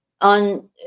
On